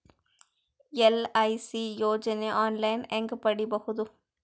LIC ಯೋಜನೆ online ಹೇಂಗ ಪಡಿಬಹುದು?